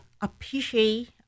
appreciate